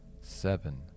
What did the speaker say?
seven